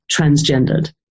transgendered